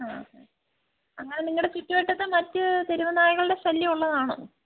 അങ്ങനെ നിങ്ങളുടെ ചുറ്റുവട്ടത്ത് മറ്റ് തെരുവ് നായകളുടെ ശല്യം ഉള്ളതാണോ